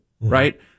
Right